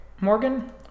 Morgan